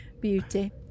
beauty